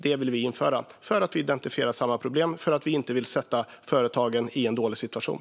Detta vill vi införa därför att vi identifierar samma problem och därför att vi inte vill sätta företagen i en dålig situation.